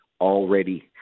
already